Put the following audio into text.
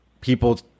people